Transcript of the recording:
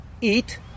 Eat